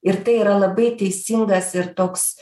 ir tai yra labai teisingas ir toks